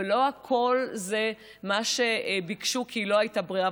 ולא הכול זה מה שביקשו כי לא הייתה ברירה.